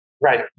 right